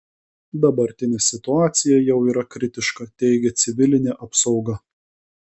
dabartinė situacija jau yra kritiška teigia civilinė apsauga